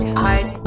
hide